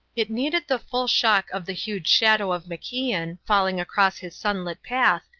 it needed the full shock of the huge shadow of macian, falling across his sunlit path,